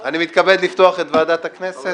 אני מתכבד לפתוח את ישיבת ועדת הכנסת.